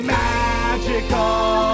magical